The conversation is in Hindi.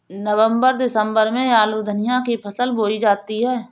नवम्बर दिसम्बर में आलू धनिया की फसल बोई जाती है?